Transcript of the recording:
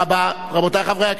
רבותי חברי הכנסת,